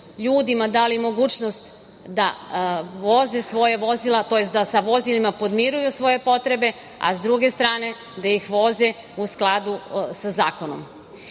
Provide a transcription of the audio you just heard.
ljudima dali mogućnost da voze svoja vozila to jest da sa vozilima podmiruju svoje potrebe, a sa druge strane da ih voze u skladu sa zakonom. Na